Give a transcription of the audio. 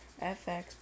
fx